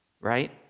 Right